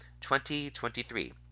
2023